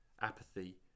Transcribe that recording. apathy